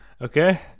Okay